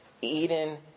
Eden